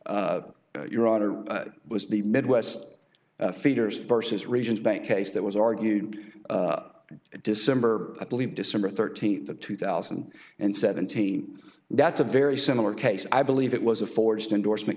your order was the midwest feeders versus regions bank case that was argued in december i believe december thirteenth of two thousand and seventeen that's a very similar case i believe it was a forged endorsement